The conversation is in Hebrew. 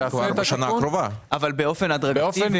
זה יעשה את התיקון, אבל באופן מאוד שולי.